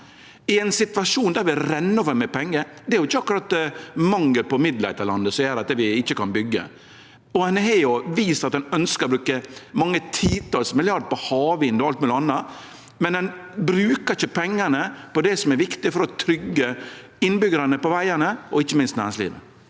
i ein situasjon der det renn over med pengar? Det er ikkje akkurat mangel på midlar i dette landet som gjer at vi ikkje kan byggje. Ein har vist at ein ønskjer å bruke mange titals milliardar på havvind og alt mogleg anna, men ein bruker ikkje pengane på det som er viktig for å tryggje innbyggjarane på vegane og ikkje minst næringslivet.